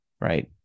Right